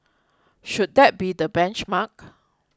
should that be the benchmark